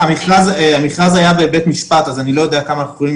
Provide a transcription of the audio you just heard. המכרז היה בבית משפט אז אני לא יודע כמה אנחנו יכולים